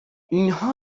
اینها